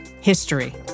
history